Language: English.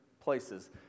places